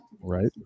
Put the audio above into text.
Right